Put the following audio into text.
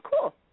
Cool